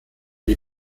die